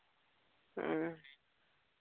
ᱦᱮᱸ